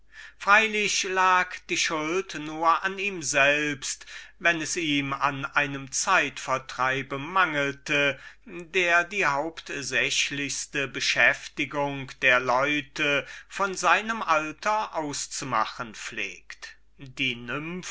zwar lag die schuld nur an ihm selbst wenn es ihm an einem zeit vertreib mangelte der sonst die hauptsächlichste beschäftigung der leute von seinem alter auszumachen pflegt die